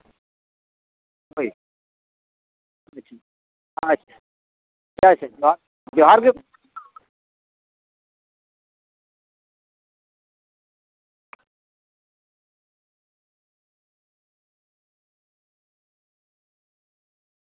ᱦᱳᱭ ᱟᱪᱪᱷᱟᱼᱟᱪᱪᱷᱟ ᱡᱚᱦᱟᱨ ᱜᱮ ᱜᱚᱢᱠᱮ